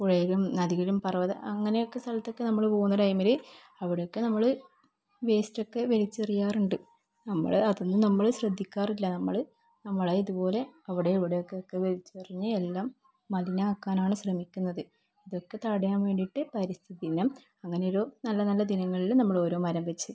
പുഴയിലും നദിയിലും പർവ്വത അങ്ങനെയൊക്കെ സ്ഥലത്തൊക്കെ നമ്മൾ പോകുന്ന ടൈമിൽ അവിടെയൊക്കെ നമ്മൾ വേസ്റ്റൊക്കെ വലിച്ചെറിയാറുണ്ട് നമ്മൾ അതൊന്നും നമ്മൾ ശ്രദ്ധിക്കാറില്ല നമ്മൾ നമ്മളുടെ ഇതുപോലെ അവിടെ ഇവിടെയുമൊക്കെ വലിച്ചെറിഞ്ഞ് എല്ലാം മലിനമാക്കാനാണ് ശ്രമിക്കുന്നത് ഇതൊക്കെ തടയാൻ വേണ്ടിയിട്ട് പരിസ്ഥിതി ദിനം അങ്ങനെ ഒരു നല്ല നല്ല ദിനങ്ങളിൽ നമ്മൾ ഓരോ മരം വെച്ച്